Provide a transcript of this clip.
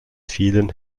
vielen